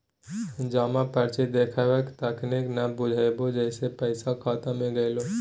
जमा पर्ची देखेबहक तखने न बुझबौ जे पैसा खाता मे गेलौ